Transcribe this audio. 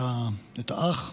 את האח.